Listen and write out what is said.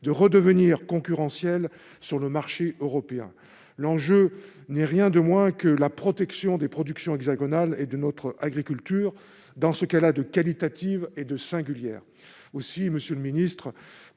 de redevenir concurrentiel sur le marché européen, l'enjeu n'est rien de moins que la protection des productions hexagonales et de notre agriculture, dans ce cas-là de qualitative et de singulières aussi, monsieur le ministre